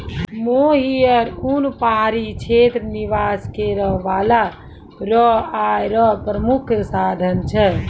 मोहियर उन पहाड़ी क्षेत्र निवास करै बाला रो आय रो प्रामुख साधन छै